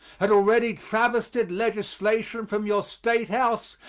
had already travestied legislation from your state house,